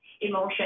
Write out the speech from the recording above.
emotion